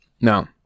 no